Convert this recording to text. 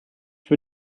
für